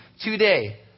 today